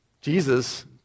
Jesus